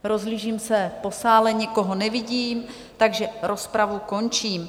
Rozhlížím se po sále a nikoho nevidím, takže rozpravu končím.